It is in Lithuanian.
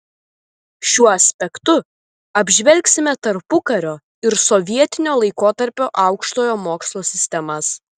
šiuo aspektu apžvelgsime tarpukario ir sovietinio laikotarpio aukštojo mokslo sistemas